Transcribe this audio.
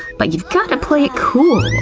but you've gotta play it cool,